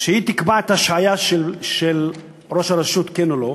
שתקבע אם להשעות ראש רשות או לא,